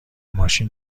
ماشین